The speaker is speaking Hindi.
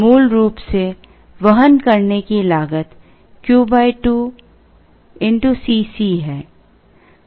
मूल रूप से वहन करने की लागत Q 2 C c है